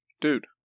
Dude